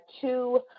two